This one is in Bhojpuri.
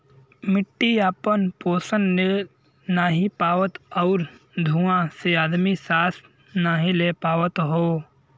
मट्टी आपन पोसन ले नाहीं पावत आउर धुँआ से आदमी सांस नाही ले पावत हौ